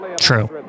True